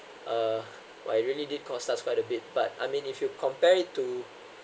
uh !wah! it really did cost us quite a bit but I mean if you compare it to